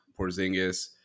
Porzingis